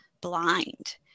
blind